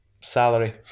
salary